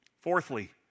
Fourthly